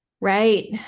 right